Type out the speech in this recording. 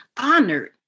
honored